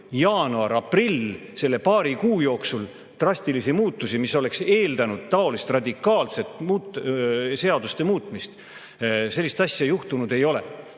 jaanuarist aprillini, selle paari kuu jooksul drastilisi muutusi, mis oleks eeldanud taolist radikaalselt seaduste muutmist – sellist asja juhtunud ei ole.